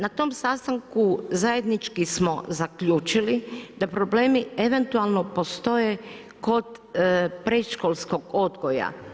Na tom sastanku zajednički smo zaključili da problemi eventualno postoje kod predškolskog odgoja.